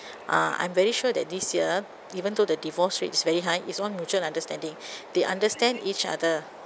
uh I'm very sure that this year even though the divorce rate is very high is all mutual understanding they understand each other